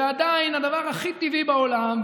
ועדיין הדבר הכי טבעי בעולם,